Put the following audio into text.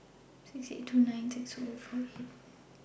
six eight two nine six Zero four eight